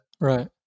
Right